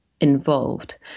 involved